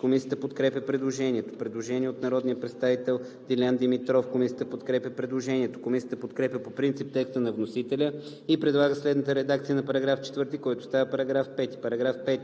Комисията подкрепя предложението. Предложение на народния представител Дилян Димитров. Комисията подкрепя предложението. Комисията подкрепя по принцип текста на вносителя и предлага следната редакция на § 4, който става § 5: „§ 5.